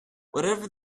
whatever